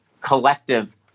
collective